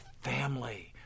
family